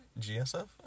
gsf